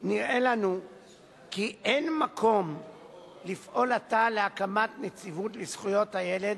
נראה לנו כי אין מקום לפעול עתה להקמת נציבות לזכויות הילד